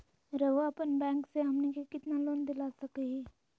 रउरा अपन बैंक से हमनी के कितना लोन दिला सकही?